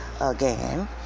again